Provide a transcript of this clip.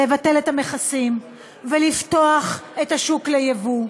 לבטל את המכסים ולפתוח את השוק ליבוא,